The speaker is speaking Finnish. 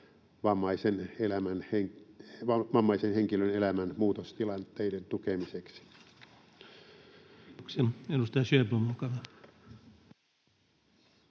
vammaisen henkilön elämän muutostilanteiden tukemiseksi.